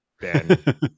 ben